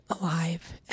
alive